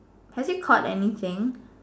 has he caught anything